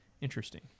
Interesting